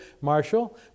Marshall